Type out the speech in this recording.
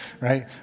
right